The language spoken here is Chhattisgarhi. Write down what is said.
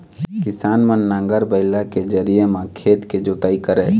किसान मन नांगर, बइला के जरिए म खेत के जोतई करय